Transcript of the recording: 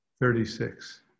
thirty-six